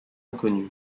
inconnue